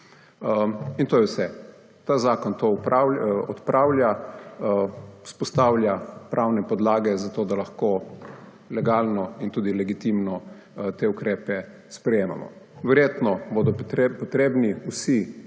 In to je vse. Ta zakon to odpravlja. Vzpostavlja pravne podlage za to, da lahko legalno in tudi legitimno te ukrepe sprejemamo. Verjetno bodo potrebni, vsi